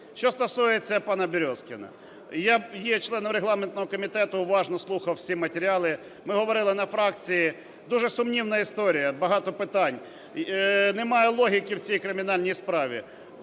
Що стосується пана Березкіна. Я є членом регламентного комітету, уважно слухав всі матеріали. Ми говорили на фракції. Дуже сумнівна історія, багато питань. Немає логіки в цій кримінальній справі.